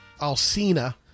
Alcina